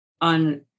on